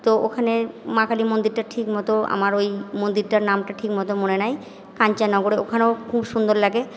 তো ওখানের মা কালী মন্দিরটা ঠিকমতো আমার ঐ মন্দিরটার নামটা ঠিকমতো মনে নাই কাঞ্চননগরে ওখানেও খুব সুন্দর লাগে